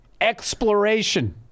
exploration